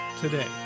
today